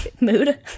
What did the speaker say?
mood